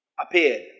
appeared